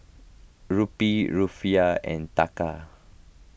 Rupee Rufiyaa and Taka